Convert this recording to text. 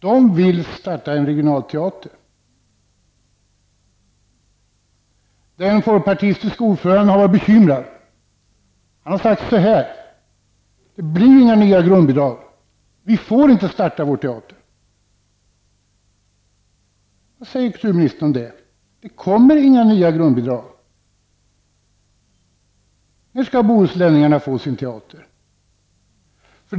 Där vill man starta en regional teater. Den folkpartistiske ordföranden har varit bekymrad. Han säger att det inte kommer att bli några nya grundbidrag och att det inte går att starta någon ny teater. Vad säger kulturministern om att det inte kommer några nya grundbidrag? När skall bohuslänningarna få sin teater?